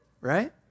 right